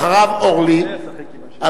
אחריו, אורלי אבקסיס.